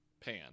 pan